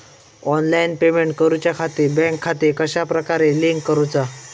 Online payment करुच्याखाती bank खाते कश्या प्रकारे लिंक करुचा?